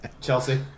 Chelsea